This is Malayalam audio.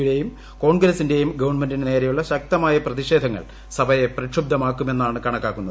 യുടെയും കോൺഗ്രസിന്റെയും ഗവൺമെന്റിനു നേരെയുള്ള ശക്തമായ പ്രതിഷേധങ്ങൾ സഭയെ പ്രക്ഷുബ്ധമാക്കുമെന്നാണ് കണക്കാക്കുന്നത്